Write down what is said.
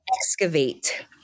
excavate